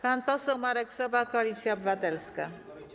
Pan poseł Marek Sowa, Koalicja Obywatelska.